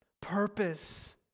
purpose